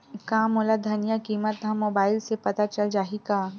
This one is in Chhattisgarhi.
का मोला धनिया किमत ह मुबाइल से पता चल जाही का?